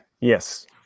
Yes